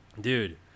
Dude